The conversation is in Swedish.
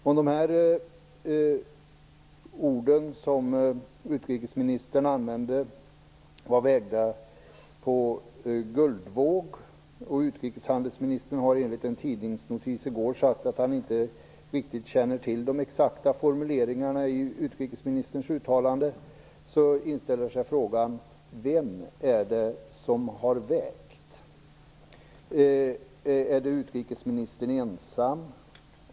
Om de ord som utrikesministern använde var vägda på guldvåg - och utrikeshandelsministern har enligt en tidningsnotis i går sagt att han inte riktigt känner till de exakta formuleringarna i utrikesministerns uttalande - inställer sig frågan: Vem är det som har vägt? Är det utrikesministern ensam?